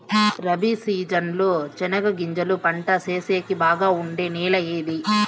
Rabi season లో చెనగగింజలు పంట సేసేకి బాగా ఉండే నెల ఏది?